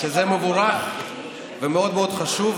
אני חושב שזה מבורך ומאוד מאוד חשוב,